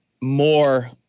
more